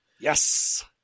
Yes